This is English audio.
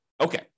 Okay